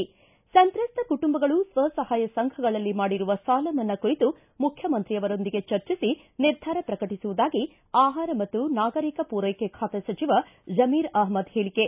ಿ ಸಂತ್ರಸ್ವ ಕುಟುಂಬಗಳು ಸ್ವಸಹಾಯ ಸಂಘಗಳಲ್ಲಿ ಮಾಡಿರುವ ಸಾಲ ಮನ್ನಾ ಕುರಿತು ಮುಖ್ಯಮಂತ್ರಿಯವರೊಂದಿಗೆ ಚರ್ಚಿಸಿ ನಿರ್ಧಾರ ಪ್ರಕಟಿಸುವುದಾಗಿ ಆಹಾರ ಮತ್ತು ನಾಗರಿಕ ಪೂರೈಕೆ ಖಾತೆ ಸಚಿವ ಜಮೀರ್ ಅಹಮ್ಲದ್ ಹೇಳಿಕೆ